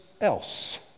else